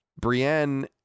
Brienne